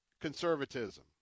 conservatism